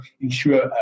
ensure